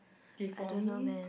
okay for me